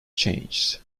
changed